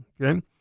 okay